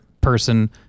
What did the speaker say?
person